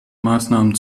maßnahmen